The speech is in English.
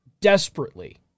Desperately